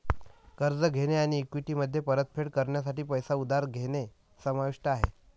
कर्ज घेणे आणि इक्विटीमध्ये परतफेड करण्यासाठी पैसे उधार घेणे समाविष्ट आहे